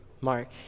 Mark